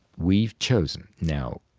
we've chosen. now,